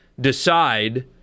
decide